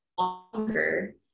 Longer